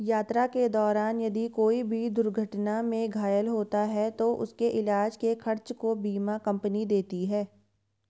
यात्रा के दौरान यदि कोई दुर्घटना में घायल होता है तो उसके इलाज के खर्च को बीमा कम्पनी देती है